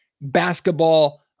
basketball